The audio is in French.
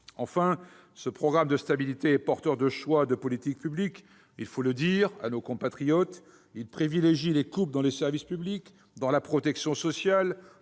point, ce programme de stabilité est porteur de choix en matière de politiques publiques. Il faut le dire à nos compatriotes, il privilégie les coupes dans les services publics, dans la protection sociale,